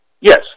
Yes